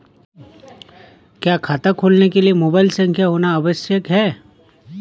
क्या खाता खोलने के लिए मोबाइल संख्या होना आवश्यक है?